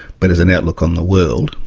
but as an outlook on the world,